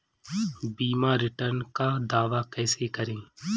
बीमा रिटर्न का दावा कैसे करें?